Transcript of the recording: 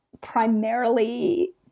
primarily